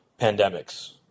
pandemics